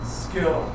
skill